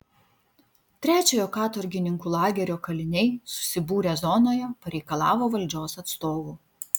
trečiojo katorgininkų lagerio kaliniai susibūrę zonoje pareikalavo valdžios atstovų